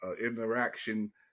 interaction